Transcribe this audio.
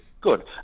Good